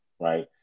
Right